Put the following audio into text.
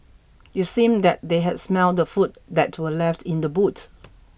it seemed that they had smelt the food that were left in the boot